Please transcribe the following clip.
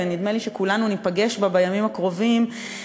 ונדמה לי שכולנו ניפגש בה בימים הקרובים -- נא לסיים.